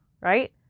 right